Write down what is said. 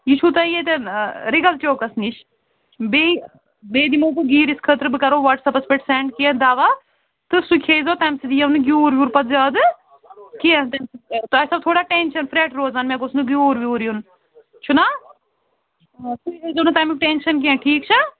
یہ چھُو تۄہہِ ییٚتٮ۪ن رِگل چوکس نِش بیٚیہِ بیٚیہِ دِمہو بہٕ گیٖرِس خٲطرٕ بہٕ کرو واٹٕس ایپس پٮ۪ٹھ سینٛڈ کیٚنٛہہ دوا تہٕ سُہ کھٮ۪زیٚو تَمہِ سٍتۍ یِیَو نہٕ گیٛوٗر ووٗر پتہٕ زیادٕ کیٚنٛہہ تۄہہِ آسٮ۪و تھوڑا ٹٮ۪نٛشن فرٮ۪ٹھ روزان مےٚ گوٚژھ نہٕ گیٛوٗر ویٛوٗر یُن چھُ نا آ تُہۍ ہیزیٚو نہٕ تمیُک ٹٮ۪نٛشن کیٚنٛہہ ٹھیٖکھ چھا